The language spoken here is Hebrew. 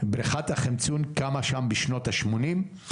בריכת החמצון קמה שם בשנות ה-80',